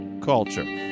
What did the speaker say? culture